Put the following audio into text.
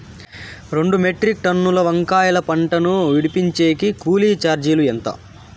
రెండు మెట్రిక్ టన్నుల వంకాయల పంట ను విడిపించేకి కూలీ చార్జీలు ఎంత?